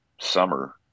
summer